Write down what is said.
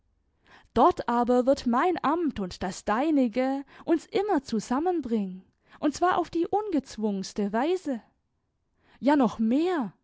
dort aber wird mein amt und das deinige uns immer zusammenbringen und zwar auf die ungezwungenste weise ja noch mehr